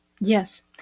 Yes